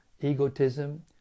egotism